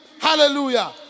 Hallelujah